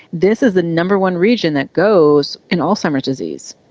this is the number one region that goes in alzheimer's disease.